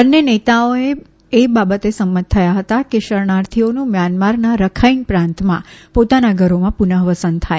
બંને નેતાઓ એ બાબતે સંમત થયા હતા કે શરણાર્થીઓનું મ્યાનમારના રખાઇન પ્રાંતમાં પોતાના ધરોમાં પુનઃવસન થાય